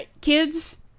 Kids